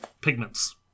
pigments